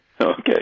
Okay